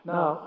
Now